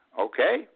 okay